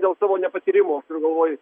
dėl savo nepatyrimo turiu galvoj